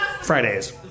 Fridays